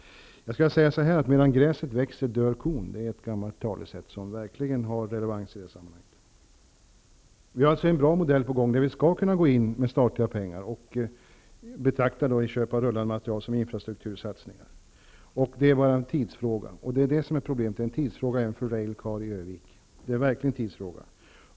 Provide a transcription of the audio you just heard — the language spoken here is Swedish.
''Medan gräset växer dör kon'' är ett gammalt talesätt, som verkligen har relevans i det här sammanhanget. Vi har en bra modell på gång, en modell där vi skall kunna gå in med statliga pengar. Inköp av rullande materiel skall nu kunna betraktas som infrastruktursatsningar. Det är nu bara en tidsfråga, och det är det som är problemet -- det är en tidsfråga även för ABB Railcar i Ö-vik. Det är verkligen en tidsfråga.